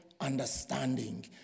Understanding